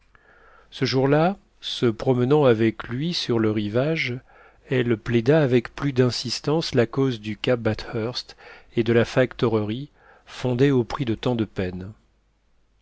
ce jour-là se promenant avec lui sur le rivage elle plaida avec plus d'insistance la cause du cap bathurst et de la factorerie fondée au prix de tant de peines